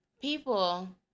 people